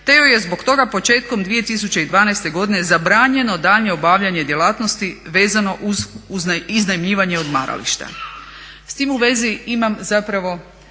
joj je zbog toga početkom 2012. godine zabranjeno daljnje obavljanje djelatnosti vezano uz iznajmljivanje odmarališta. S tim u vezi imam zapravo